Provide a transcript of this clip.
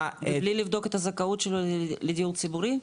--- בלי לבדוק את הזכאות שלו לדיור ציבורי?